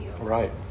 Right